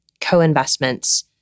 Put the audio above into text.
co-investments